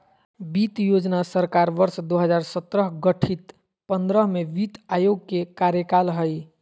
वित्त योजना सरकार वर्ष दो हजार सत्रह गठित पंद्रह में वित्त आयोग के कार्यकाल हइ